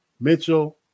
Mitchell